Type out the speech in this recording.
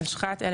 התשכ"ט 1969 ,